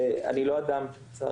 נמצא